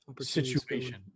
situation